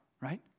right